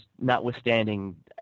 notwithstanding